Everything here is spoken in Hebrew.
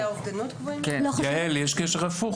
לא בטוח שיש קשר הפוך.